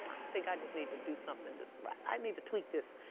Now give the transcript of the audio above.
i think i just need to do something just i need to tweak this.